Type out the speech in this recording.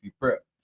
prep